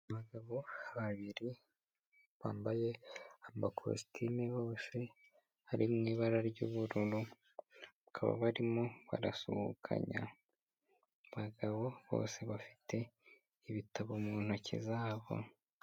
Abagabo babiri bambaye amakositimu bose ari mu ibara ry'ubururu. Bakaba barimo barasuhuzanya, abagabo bose bafite ibitabo mu ntoki zabo.